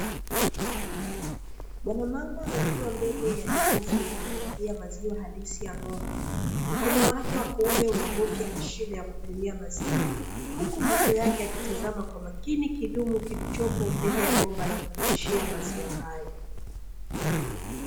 Mwanamama akiwa mbele ya jokofu la kuhifadhia maziwa ya halisi ng'ombe, mkono wake wa kuume unabofya mashine ya kupimia maziwa, huku macho yake yakitazama kwa makini kidumu kilichopo mbele ya bomba la kupitishia maziwa hayo.